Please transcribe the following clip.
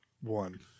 one